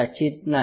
कदाचित नाही